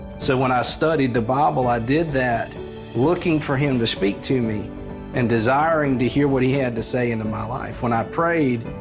so when i studied the bible, i did that looking for him to speak to me and desiring to hear what he had to say into my life. when i prayed,